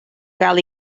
gael